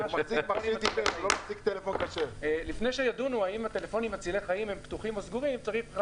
אם לא אנחנו נקרא לה לפה על